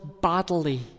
bodily